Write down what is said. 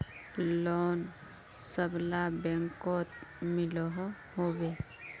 Loan सबला बैंकोत मिलोहो होबे?